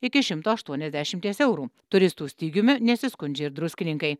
iki šimto aštuoniasdešimties eurų turistų stygiumi nesiskundžia ir druskininkai